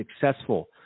successful